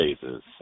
phases